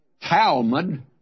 Talmud